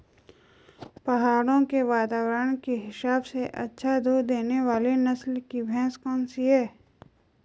पहाड़ों के वातावरण के हिसाब से अच्छा दूध देने वाली नस्ल की भैंस कौन सी हैं?